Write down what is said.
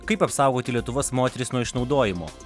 kaip apsaugoti lietuvos moteris nuo išnaudojimo